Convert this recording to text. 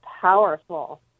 powerful